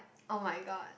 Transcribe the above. oh-my-god